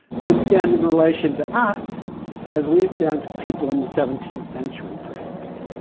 who would stand in relation to us as we stand to people in the seventeenth century perhaps?